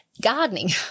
gardening